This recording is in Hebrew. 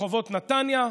ברחובות נתניה,